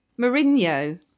Mourinho